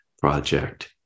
project